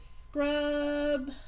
scrub